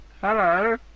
Hello